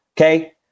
Okay